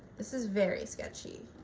this is very sketchy.